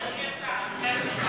אדוני השר,